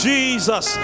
Jesus